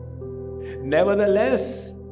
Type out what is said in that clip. Nevertheless